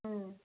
ꯎꯝ